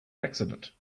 accident